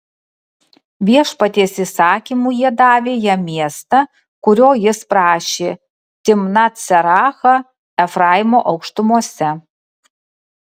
viešpaties įsakymu jie davė jam miestą kurio jis prašė timnat serachą efraimo aukštumose